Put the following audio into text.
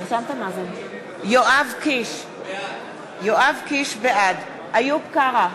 בעד יואב קיש, בעד איוב קרא,